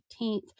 18th